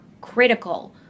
critical